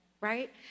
Right